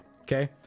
okay